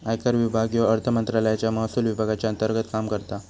आयकर विभाग ह्यो अर्थमंत्रालयाच्या महसुल विभागाच्या अंतर्गत काम करता